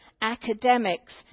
academics